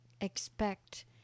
expect